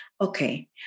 okay